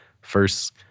first